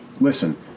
Listen